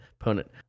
opponent